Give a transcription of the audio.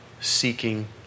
seeking